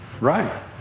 Right